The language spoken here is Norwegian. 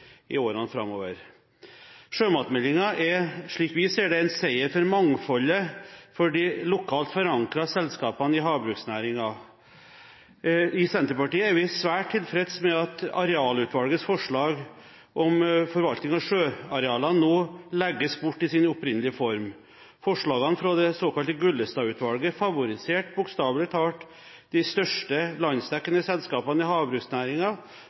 i årene framover. Sjømatmeldingen er, slik vi ser det, en seier for mangfoldet, for de lokalt forankrede selskapene i havbruksnæringen. I Senterpartiet er vi svært tilfreds med at Arealutvalgets forslag om forvaltning at sjøarealene nå legges bort i sin opprinnelige form. Forslagene fra det såkalte Gullestad-utvalget favoriserte bokstavelig talt de største landsdekkende selskapene i